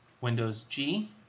Windows-G